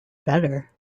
better